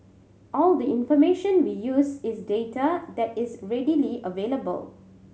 all the information we use is data that is readily available